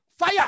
fire